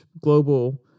global